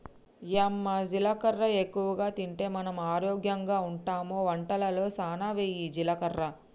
యమ్మ జీలకర్ర ఎక్కువగా తింటే మనం ఆరోగ్యంగా ఉంటామె వంటలలో సానా వెయ్యి జీలకర్ర